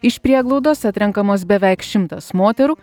iš prieglaudos atrenkamos beveik šimtas moterų